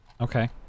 okay